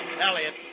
Elliot